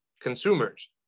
consumers